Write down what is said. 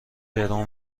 درو